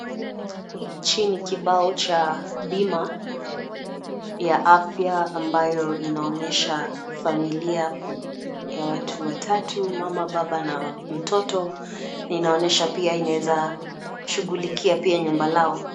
Hichi ni kibao cha bima ya afya ambayo inaonyesha familia ya watu watatu mama, baba na mtoto na inaonyesha pia inaeza shughlikia pia nyumba lao .